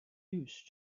use